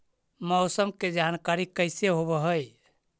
मौसमा के जानकारी कैसे होब है?